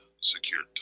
secured